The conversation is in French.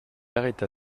arrêta